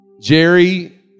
Jerry